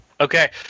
okay